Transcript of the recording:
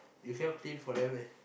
you cannot clean for them meh